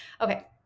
Okay